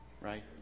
Right